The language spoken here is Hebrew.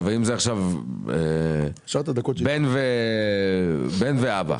ואם זה בן ואבא,